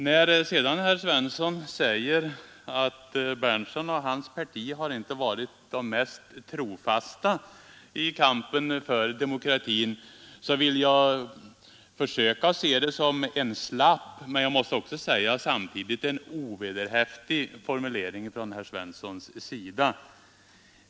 När sedan herr Svensson säger att herr Berndtson och hans parti inte tillhört de mest trofasta i kampen för demokratin vill jag försöka se det som en slapp formulering av herr Svensson, men jag måste också säga att den är ovederhäftig.